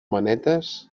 manetes